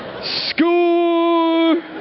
School